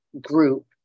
Group